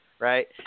Right